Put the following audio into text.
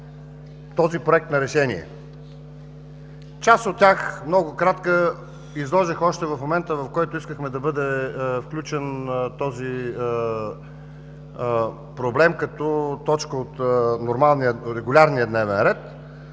този Проект на решение. Част от тях, много кратка, изложих още в момента, в който искахме да бъде включен този проблем като точка от регулярния дневен ред.